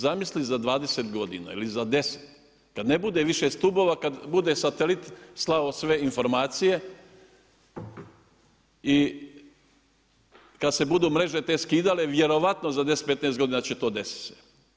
Zamisli za 20 godina ili za 10 kad ne bude više stubova, kad bude satelit slao sve informacije i kad se budu mreže te skidale vjerojatno za 10, 15 godina će to desit se.